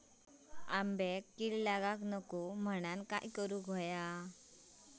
आंब्यक कीड लागाक नको म्हनान काय करू?